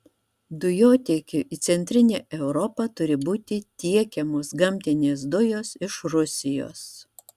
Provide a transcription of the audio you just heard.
dujotiekiu į centrinę europą turi būti tiekiamos gamtinės dujos iš rusijos